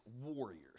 warriors